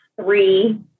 three